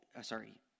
Sorry